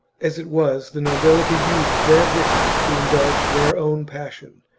as it was, the nobility used their victory to indulge their own passion,